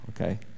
okay